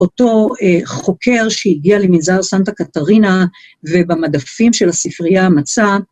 אותו חוקר שהגיע למנזר סנטה קטרינה ובמדפים של הספרייה מצא